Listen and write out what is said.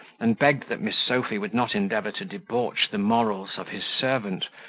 and begged that miss sophy would not endeavour to debauch the morals of his servant,